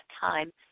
time